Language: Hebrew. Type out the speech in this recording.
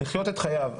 לחיות את חייו.